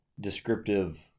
descriptive